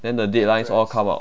then the deadlines all come out